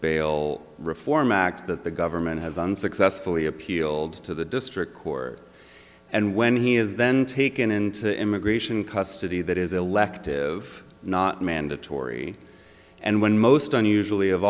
bail reform act that the government has unsuccessfully appealed to the district court and when he is then taken into immigration custody that is elective not mandatory and when most unusually of